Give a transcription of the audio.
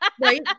Right